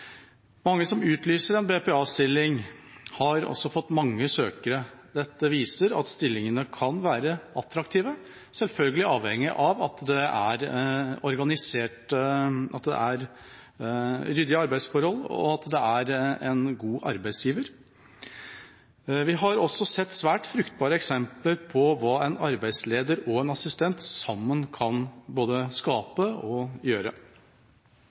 Mange som utlyser en BPA-stilling, har også fått mange søkere. Dette viser at stillingene kan være attraktive, selvfølgelig avhengig av at det er ryddige arbeidsforhold og at det er en god arbeidsgiver. Vi har også sett svært fruktbare eksempler på hva en arbeidsleder og en assistent sammen både kan skape og gjøre.